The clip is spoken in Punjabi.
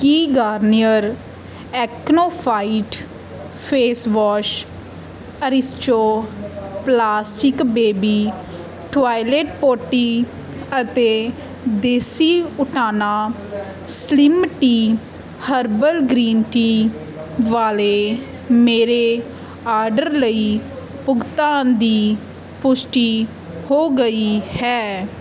ਕੀ Garnier acno fight face wash Aristo plastic baby toilet potty ਅਤੇ Desi Utana slim tea herbal green tea ਵਾਲੇ ਮੇਰੇ ਆਰਡਰ ਲਈ ਭੁਗਤਾਨ ਦੀ ਪੁਸ਼ਟੀ ਹੋ ਗਈ ਹੈ